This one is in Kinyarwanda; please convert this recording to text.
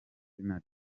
izina